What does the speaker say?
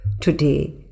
Today